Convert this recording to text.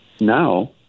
Now